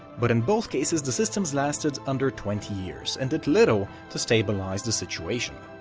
but in both cases the systems lasted under twenty years and did little to stabilize the situation.